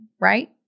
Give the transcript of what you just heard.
right